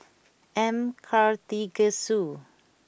M Karthigesu